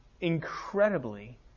incredibly